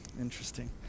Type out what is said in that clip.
Interesting